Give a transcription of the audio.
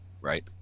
Right